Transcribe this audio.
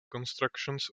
constructions